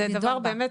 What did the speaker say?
זה באמת,